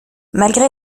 malgré